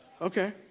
Okay